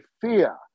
fear